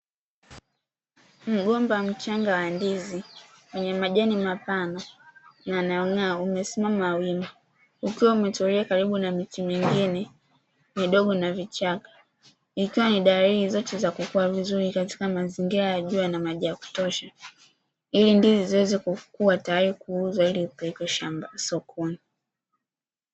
Mgomba mchanga wa ndizi wenye majani mapana yanayong; aa umesimama wima ukiwa umetulia karibu na miti mingine midogo na vichaka ikiwa ni dalili zote za kukua vizuri katika mazingira yakiwa na maji ya kutosha ili ndiziz ziweze kuwa tayari kuuzwa ili zipelekwe sokoni.